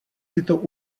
tyto